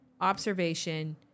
Observation